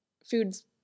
food's